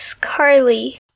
Carly